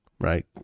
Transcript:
right